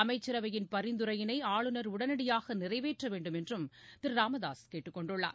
அமைச்சரவையின் பரிந்துரையினை ஆளுநர் உடனடியாக நிறைவேற்ற வேண்டுமென்றும் திரு ராமதாஸ் கேட்டுக்கொண்டுள்ளார்